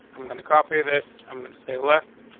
i'm gonna copy this. i'm going to say left.